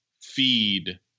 feed